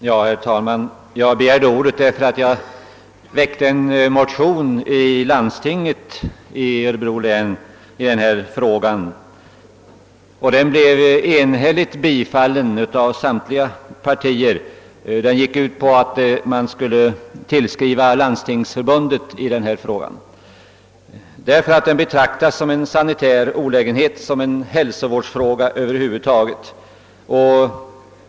Herr talman! Jag begärde ordet därför att jag i Örebro läns landsting väckt en motion i denna fråga. Motionen som enhälligt bifölls av samtliga partier gick ut på att Landstingsförbundet skulle tillskrivas i bullerfrågan eftersom bullerstörningarna betraktas som en sanitär olägenhet, en hälsovårdsfråga.